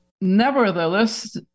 nevertheless